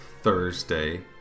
Thursday